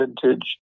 vintage